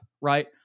right